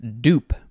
dupe